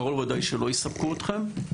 קרוב לוודאי שלא יספקו אתכם,